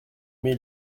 mais